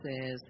says